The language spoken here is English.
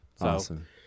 Awesome